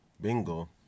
Bingo